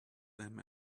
them